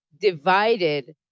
divided